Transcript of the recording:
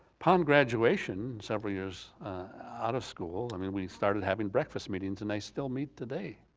upon graduation, several years out of school i mean we started having breakfast meetings and i still meet today,